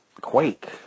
Quake